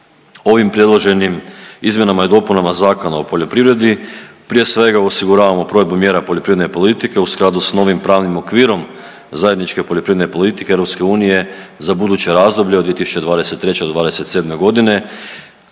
Ovim predloženim izmjenama i dopunama Zakona o poljoprivredi prije svega osiguravamo provedbu mjera poljoprivredne politike u skladu s novim pravnim okvirom zajedničke poljoprivredne politike EU za buduće razdoblje od 2023. do '27.g.,